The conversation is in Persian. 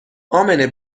امنه